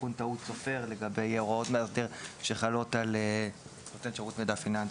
תיקון טעות סופר לגבי הוראות מאסדר שחלות על נותן שירות מידע פיננסי.